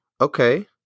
Okay